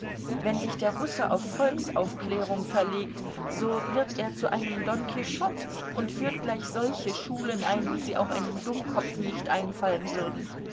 wenn sich der russe auf volksaufklärung verlegt so wird er zu einem don quichotte und führt gleich solche schulen ein wie sie auch einem dummkopf nicht einfallen würden